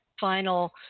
final